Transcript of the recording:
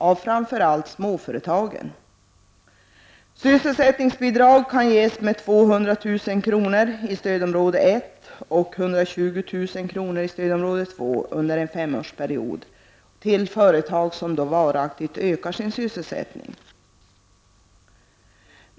Sysselsättningsbidrag kan under en femårsperiod ges med 200 000 kr. i stödområde 1 och 120 000 kr. i stödområde 2 till företag som varaktigt ökar sin sysselsättning.